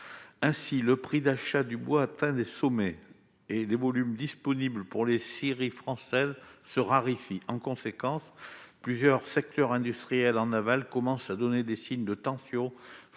ainsi le prix d'achat du bois atteint des sommets et les volumes disponible pour les séries françaises se raréfient, en conséquence, plusieurs secteurs industriels en aval, commence à donner des signes de tension,